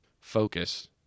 focus